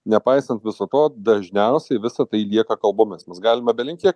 nepaisant viso to dažniausiai visa tai lieka kalbomis mes galima belenkiek